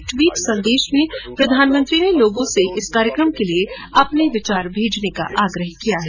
एक ट्वीट संदेश में प्रधानमंत्री ने लोगों से मन की बात कार्यकम के लिए अपने विचार भेजने का आग्रह किया है